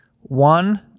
one